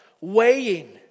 weighing